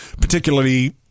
particularly